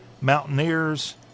Mountaineers